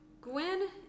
Gwen